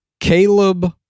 Caleb